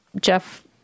Jeff